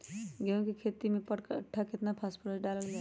गेंहू के खेती में पर कट्ठा केतना फास्फोरस डाले जाला?